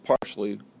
partially